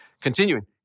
Continuing